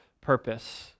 purpose